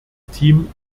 team